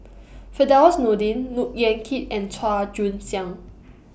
Firdaus Nordin Look Yan Kit and Chua Joon Siang